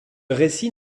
récit